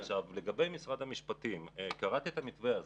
לגבי משרד המשפטים: קראתי את המתווה הזה,